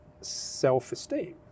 self-esteem